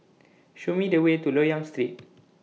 Show Me The Way to Loyang Street